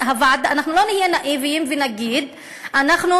אנחנו לא נהיה נאיביים ונגיד שאנחנו